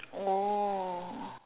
oh